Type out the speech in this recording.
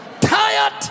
tired